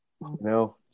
No